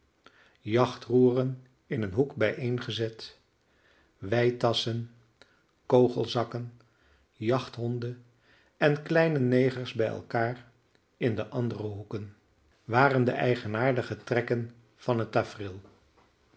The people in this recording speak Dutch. besloegen jachtroeren in een hoek bijeengezet weitasschen kogelzakken jachthonden en kleine negers bij elkaar in de andere hoeken waren de eigenaardige trekken van het